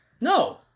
No